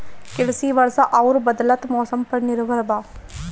कृषि वर्षा आउर बदलत मौसम पर निर्भर बा